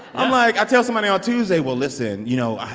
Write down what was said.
i'm like i'll tell somebody on tuesday, well, listen, you know,